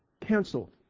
Canceled